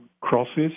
crosses